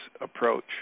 approach